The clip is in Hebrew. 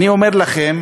אני אומר לכם,